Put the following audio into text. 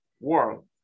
world